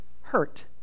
hurt